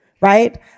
right